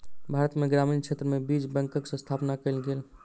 भारत में ग्रामीण क्षेत्र में बीज बैंकक स्थापना कयल गेल